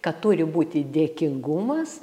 kad turi būti dėkingumas